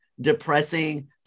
depressing